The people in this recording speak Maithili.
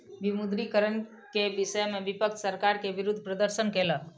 विमुद्रीकरण के विषय में विपक्ष सरकार के विरुद्ध प्रदर्शन कयलक